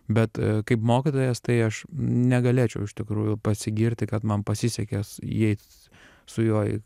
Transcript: bet kaip mokytojas tai aš negalėčiau iš tikrųjų pasigirti kad man pasisekė s įeit su juo į